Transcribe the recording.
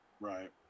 right